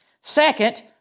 Second